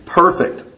perfect